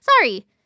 Sorry